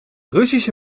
russische